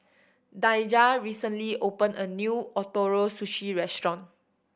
Daija recently opened a new Ootoro Sushi Restaurant